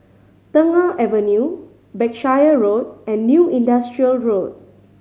Tengah Avenue Berkshire Road and New Industrial Road